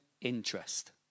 interest